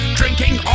drinking